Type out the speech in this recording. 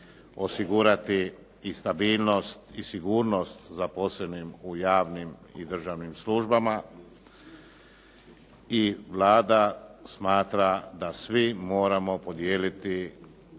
osigurati i stabilnost i sigurnost zaposlenim u javnim i državnim službama i Vlada smatra da svi moramo podijeliti